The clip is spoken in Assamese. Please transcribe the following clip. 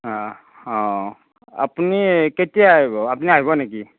অঁ আপুনি কেতিয়া আহিব আপুনি আহিব নেকি